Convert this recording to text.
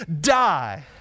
die